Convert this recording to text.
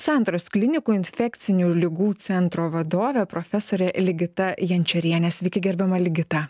santaros klinikų infekcinių ligų centro vadovę profesorę ligita jančiorienė sveiki gerbiama ligita